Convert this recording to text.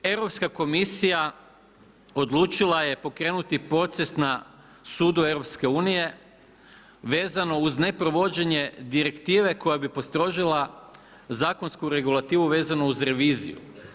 Europska komisija odlučila je pokrenuti proces na sudu EU vezano uz neprovođenje direktive koja bi postrožila Zakonsku regulativu, vezanu uz reviziju.